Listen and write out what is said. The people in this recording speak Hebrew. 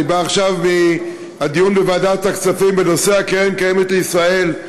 אני בא עכשיו מהדיון בוועדת הכספים בנושא קרן קיימת לישראל.